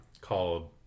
called